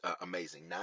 amazing